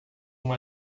uma